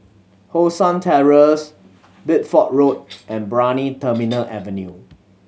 Hong San Terrace Bideford Road and Brani Terminal Avenue